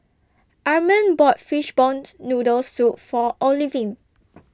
Arman bought Fishball Noodle Soup For Olivine